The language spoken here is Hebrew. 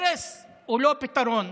הרס הוא לא פתרון.